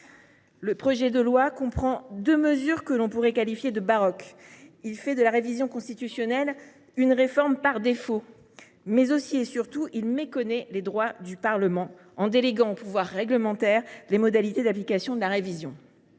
constitutionnelle comprend deux mesures que l’on pourrait qualifier de baroques. Non seulement il fait de la révision constitutionnelle une réforme par défaut, mais surtout il méconnaît les droits du Parlement en déléguant au pouvoir réglementaire les modalités d’application de la révision.